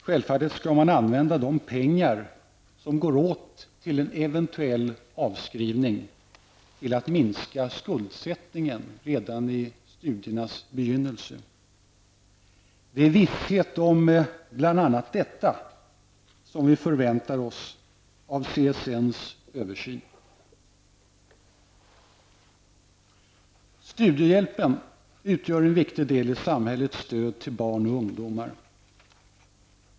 Självfallet skall man använda pengarna som går åt till en eventuell avskrivning till att minska skuldsättningen redan i studiernas begynnelse. Det är visshet om bl.a. detta som vi förväntar oss att få i CSNs översyn. Studiehjälpen utgör en viktig del i samhällets stöd till barn och ungdomar.